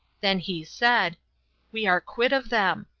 then he said we are quit of them.